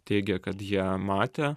teigė kad jie matė